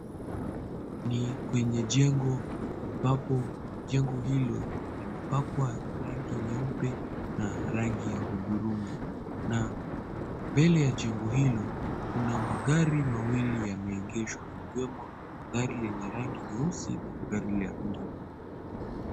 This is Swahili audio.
Ni kwenye jengo ambapo jengo hilo limepakwa rengi nyeupe na rangi ya hudhrungi. Na mbele ya jengo hilo kuna magari mawili yameegwesha ikiwemo gari yenye rangi nyeusi na gari ya rangi nyeupe.